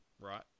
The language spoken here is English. right